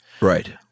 Right